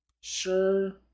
Sure